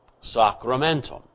sacramentum